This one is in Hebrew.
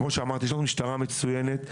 כמו שאמרתי, יש לנו משטרה מצוינת.